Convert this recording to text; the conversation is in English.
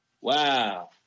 Wow